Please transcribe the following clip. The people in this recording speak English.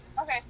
Okay